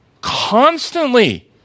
Constantly